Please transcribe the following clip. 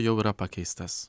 jau yra pakeistas